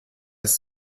ist